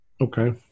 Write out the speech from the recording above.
okay